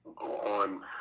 on